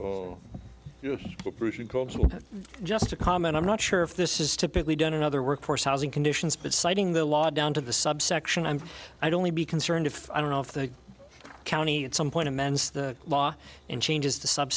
it's just a common i'm not sure if this is typically done in other work force housing conditions but citing the law down to the subsection i'm i'd only be concerned if i don't know if the county at some point amends the law and changes the sub